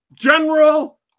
General